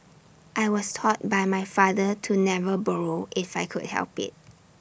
I was taught by my father to never borrow if I could help IT